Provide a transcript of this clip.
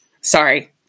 Sorry